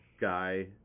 guy